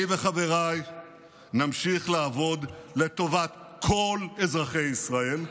אני וחבריי נמשיך לעבוד לטובת כל אזרחי ישראל.